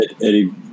Eddie